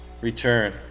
return